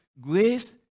grace